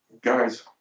Guys